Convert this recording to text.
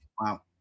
Wow